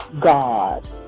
god